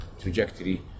trajectory